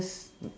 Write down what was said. just